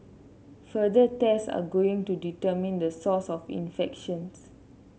further test are ongoing to determine the source of infections